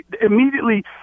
immediately